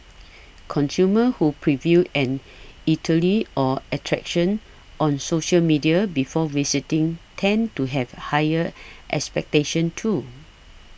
consumers who preview an eatery or attraction on social media before visiting tend to have higher expectations too